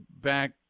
back